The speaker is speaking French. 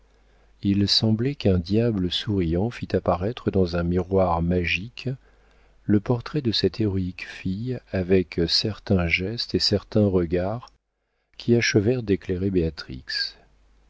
il semblait qu'un diable souriant fît apparaître dans un miroir magique le portrait de cette héroïque fille avec certains gestes et certains regards qui achevèrent d'éclairer